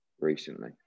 recently